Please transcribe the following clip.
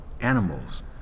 animals